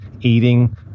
eating